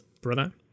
brother